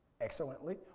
excellently